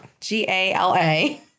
g-a-l-a